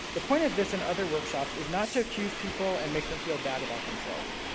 the point of this and other workshops is not to accuse people and make them feel bad about themselves.